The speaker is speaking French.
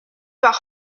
par